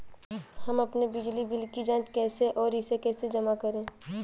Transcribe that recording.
हम अपने बिजली बिल की जाँच कैसे और इसे कैसे जमा करें?